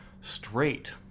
straight